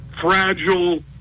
fragile